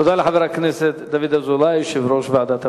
תודה לחבר הכנסת דוד אזולאי, יושב-ראש ועדת הפנים.